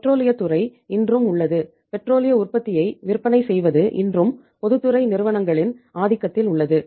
பெட்ரோலியத் துறை இன்றும் உள்ளது பெட்ரோலிய உற்பத்தியை விற்பனை செய்வது இன்றும் பொதுத்துறை நிறுவனங்களின் ஆதிக்கத்தில் உள்ளது